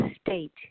state